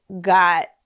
got